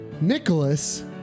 Nicholas